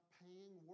paying